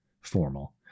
formal